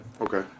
Okay